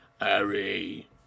Harry